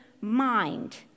mind